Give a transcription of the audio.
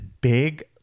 big